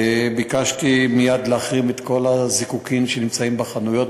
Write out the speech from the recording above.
ביקשתי מייד להחרים את כל הזיקוקים שנמצאים בחנויות,